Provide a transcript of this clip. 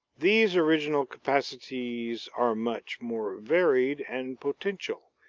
these original capacities are much more varied and potential,